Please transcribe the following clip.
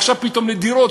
עכשיו פתאום לדירות,